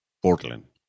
Portland